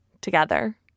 together